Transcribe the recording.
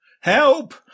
help